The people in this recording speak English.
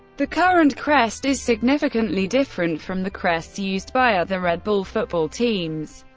the current crest is significantly different from the crests used by other red bull football teams,